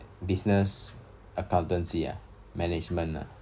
business accountancy ah management ah